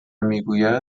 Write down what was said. میگوید